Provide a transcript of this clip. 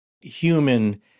human